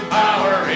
power